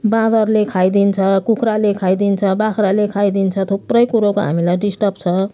बाँदरले खाइदिन्छ कुखुराले खाइदिन्छ बाख्राले खाइदिन्छ थुप्रै कुरोको हामीलाई डिस्टर्ब छ